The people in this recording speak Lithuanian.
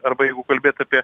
arba jeigu kalbėt apie